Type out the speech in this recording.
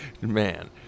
Man